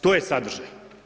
To je sadržaj.